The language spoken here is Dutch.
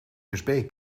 usb